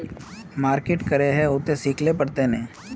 Market करे है उ ते सिखले पड़ते नय?